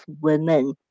women